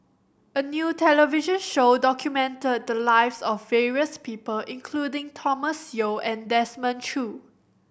a new television show documented the lives of various people including Thomas Yeo and Desmond Choo